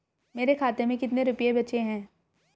मेरे खाते में कितने रुपये बचे हैं?